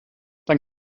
dann